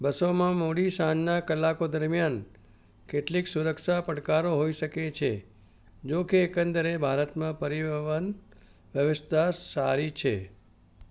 બસોમાં મોડી સાંજના કલાકો દરમિયાન કેટલીક સુરક્ષા પડકારો હોઇ શકે છે જોકે એકંદરે ભારતમાં પરિવહન વ્યવસ્થા સારી છે